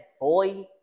boy